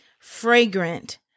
fragrant